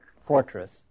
fortress